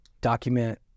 Document